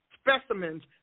specimens